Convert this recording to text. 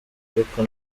ariko